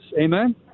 Amen